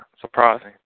surprising